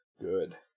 Good